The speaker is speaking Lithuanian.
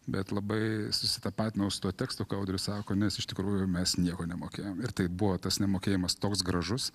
bet labai susitapatinau su tuo tekstu ką audrius sako nes iš tikrųjų mes nieko nemokėjom ir tai buvo tas nemokėjimas toks gražus